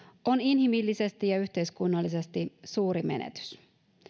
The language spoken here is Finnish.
on inhimillisesti ja yhteiskunnallisesti suuri menetys